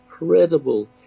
incredible